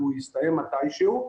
כי הוא יסתיים מתישהו,